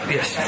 Yes